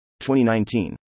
2019